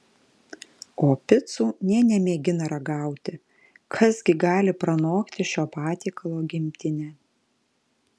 o picų nė nemėgina ragauti kas gi gali pranokti šio patiekalo gimtinę